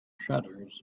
shutters